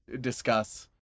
discuss